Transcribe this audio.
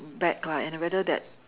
back lah and I rather that